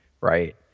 right